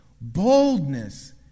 boldness